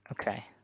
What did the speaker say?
Okay